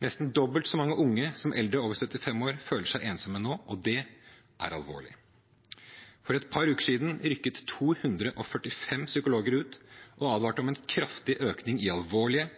Nesten dobbelt så mange unge som eldre over 75 år føler seg ensomme nå, og det er alvorlig. For et par uker siden rykket 245 psykologer ut og advarte om en kraftig økning i alvorlige,